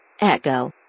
Echo